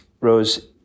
rose